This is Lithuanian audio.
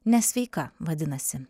nesveika vadinasi